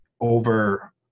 over